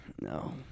No